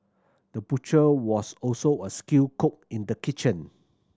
the butcher was also a skilled cook in the kitchen